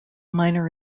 minor